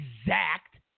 exact